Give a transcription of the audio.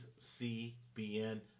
CBN